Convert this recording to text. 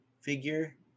figure